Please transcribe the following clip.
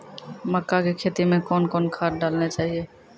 मक्का के खेती मे कौन कौन खाद डालने चाहिए?